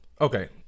Okay